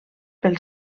pel